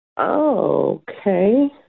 Okay